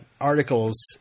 articles